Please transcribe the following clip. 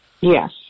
Yes